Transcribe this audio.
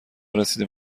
رسیدیم